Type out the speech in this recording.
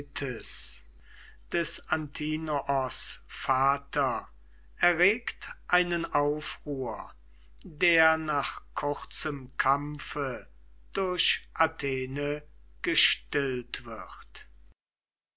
des antinoos vater erregt einen aufruhr der nach kurzem kampfe durch athene gestillt wird